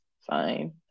fine